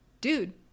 dude